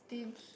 stinge